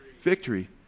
victory